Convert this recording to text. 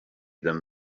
them